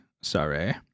Sorry